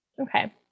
Okay